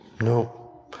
No